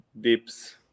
dips